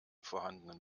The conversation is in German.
vorhandenen